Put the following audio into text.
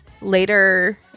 Later